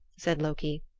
said loki,